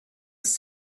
ist